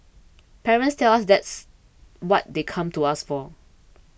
parents tell us that's what they come to us for